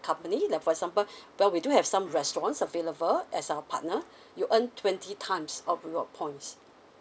company like for example well we do have some restaurants available as our partner you earn twenty times of reward points